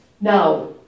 now